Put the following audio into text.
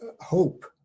hope